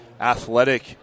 athletic